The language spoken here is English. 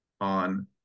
on